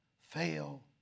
fail